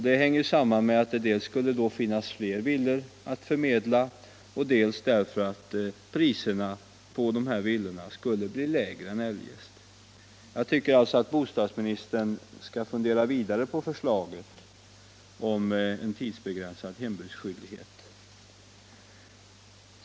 Det hänger samman med dels att det då skulle finnas fler villor att fördela, dels att priserna på dessa villor skulle bli lägre än eljest. Jag tycker alltså att bostadsministern skall fundera vidare på förslaget om en tidsbegränsad hembudsskyldighet.